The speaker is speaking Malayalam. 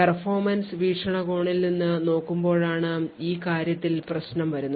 perfomance വീക്ഷണകോണിൽ നിന്ന് നോക്കുമ്പോഴാണ് ഈ കാര്യത്തിൽ പ്രശ്നം വരുന്നത്